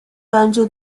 bence